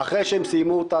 אחרי שהם סיימו אותה,